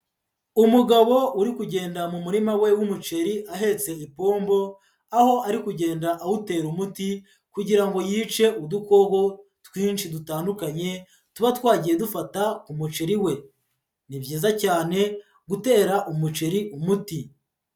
Umugabo uri kugenda mu murima we w'umuceri ahetse ibombo, aho ari kugenda awutera umuti kugira ngo yice udukoko twinshi dutandukanye, tuba twagiye dufata ku muceri we. Ni byiza cyane gutera umuceri umuti.